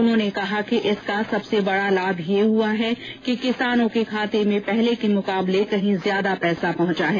उन्होंने कहा कि इसका सबसे बड़ा लाभ ये हुआ है कि किसानों के खाते में पहले के मुकाबले कहीं ज्यादा पैसा पहुंचा है